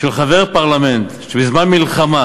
של חבר פרלמנט שבזמן מלחמה